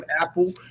Apple